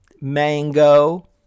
mango